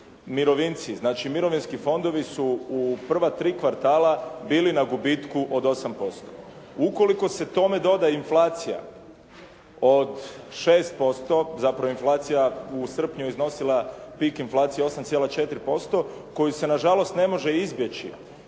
mirovinci, znači mirovinski fondovi su u prva tri kvartala bili na gubitku od 8%. Ukoliko se tome doda inflacija od 6%, zapravo inflacija u srpnju je iznosila, pik inflacija 8,4% koju se nažalost ne može izbjeći